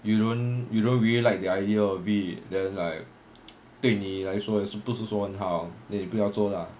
you don't you don't really like the idea of it then like 对你来说也不是说很好 then 你不要做 lah